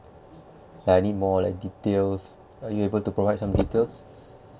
I need more like details are you able to provide some details